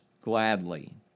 gladly